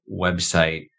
website